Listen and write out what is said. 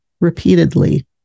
repeatedly